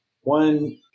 One